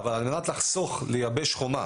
אבל על מנת לחסוך לייבש חומה,